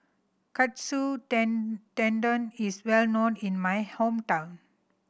Katsu Tendon is well known in my hometown